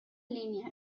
línia